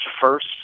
first